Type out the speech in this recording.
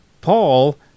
Paul